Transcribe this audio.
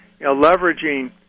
leveraging